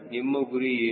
ನಮ್ಮ ಗುರಿ ಏನು